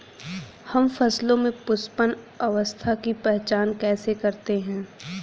हम फसलों में पुष्पन अवस्था की पहचान कैसे करते हैं?